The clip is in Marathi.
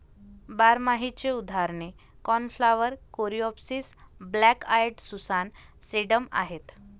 बारमाहीची उदाहरणे cornflower, coreopsis, black eyed Susan, sedum आहेत